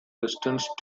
distance